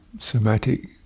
somatic